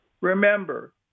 remember